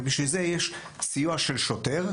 בשביל זה יש סיוע של שוטר,